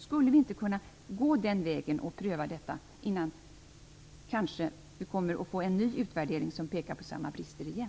Skulle vi inte kunna gå den vägen och pröva detta innan vi kanske kommer att få en ny utvärdering som pekar på samma brister igen?